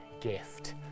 gift